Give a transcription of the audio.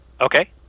Okay